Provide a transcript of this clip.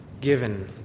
given